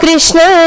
Krishna